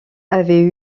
avait